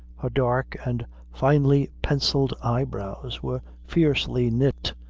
her dark and finely-pencilled eye-brows were fiercely knit,